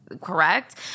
correct